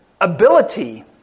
ability